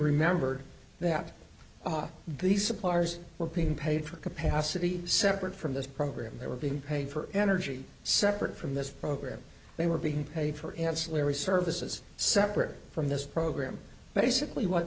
remembered that these suppliers were being paid for capacity separate from this program they were being paid for energy separate from this program they were being paid for ancillary services separate from this program basically what